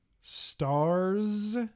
Stars